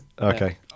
Okay